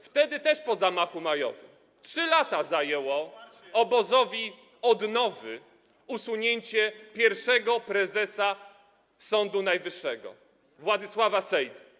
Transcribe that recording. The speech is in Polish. Wtedy - też po zamachu majowym - 3 lata zajęło obozowi odnowy usunięcie pierwszego prezesa Sądu Najwyższego Władysława Seydy.